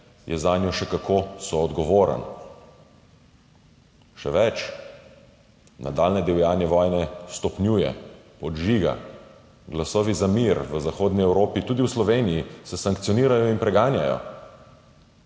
je zanjo še kako soodgovoren, še več, nadaljnje divjanje vojne stopnjuje, podžiga. Glasovi za mir v zahodni Evropi, tudi v Sloveniji, se sankcionirajo in preganjajo.